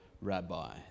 rabbi